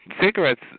Cigarettes